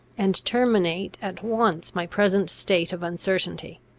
and terminate at once my present state of uncertainty.